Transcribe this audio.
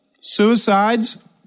Suicides